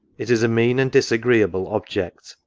it is a mean and disagreeable object,